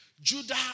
Judah